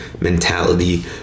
mentality